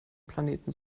planeten